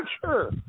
Sure